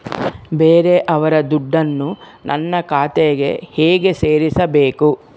ಬೇರೆಯವರ ದುಡ್ಡನ್ನು ನನ್ನ ಖಾತೆಗೆ ಹೇಗೆ ಸೇರಿಸಬೇಕು?